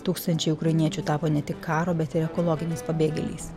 tūkstančiai ukrainiečių tapo ne tik karo bet ir ekologiniais pabėgėliais